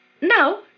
No